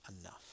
enough